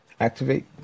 activate